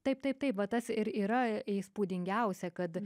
taip taip taip va tas ir yra įspūdingiausia kad